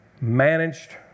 managed